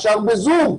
השאר בזום,